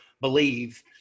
believe